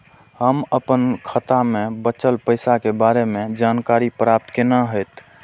हम अपन खाता में बचल पैसा के बारे में जानकारी प्राप्त केना हैत?